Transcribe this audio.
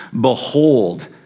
Behold